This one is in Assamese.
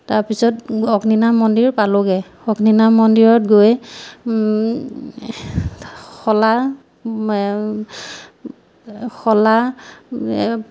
তাৰপিছত অগ্নিনাম মন্দিৰ পালোঁগে অগ্নিনাম মন্দিৰত গৈ শলা শলা